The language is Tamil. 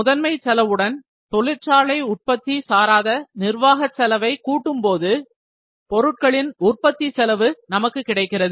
முதன்மை செலவுடன் தொழிற்சாலை உற்பத்தி சாராத நிர்வாக செலவை கூட்டும்போது பொருட்களின் உற்பத்தி செலவு நமக்கு கிடைக்கிறது